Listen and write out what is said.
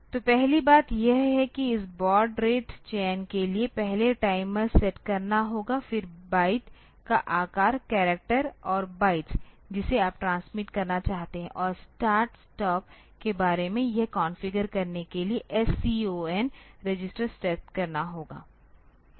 तो पहली बात यह है कि इस बॉड रेट चयन के लिए पहले टाइमर सेट करना होगा फिर बाइट का आकार करैक्टर या बाइट्स जिसे आप ट्रांसमिट करना चाहते हैं और स्टार्ट स्टॉप के बारे में यह कॉन्फ़िगर करने के लिए SCON रजिस्टर सेट करना होगा